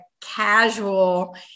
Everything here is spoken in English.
casual